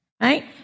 Right